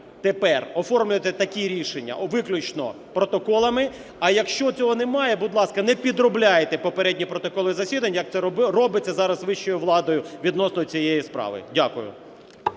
тепер оформлювати такі рішення виключно протоколами, а якщо цього немає, будь ласка, не підробляйте попередні протоколи засідань, як це робиться зараз вищою владою відносно цієї справи. Дякую.